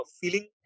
feeling